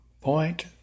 Point